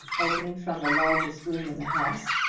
opening from the largest room in the house,